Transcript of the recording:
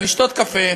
לשתות קפה,